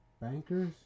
Bankers